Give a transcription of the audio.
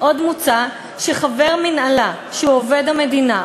עוד מוצע שחבר מינהלה שהוא עובד המדינה,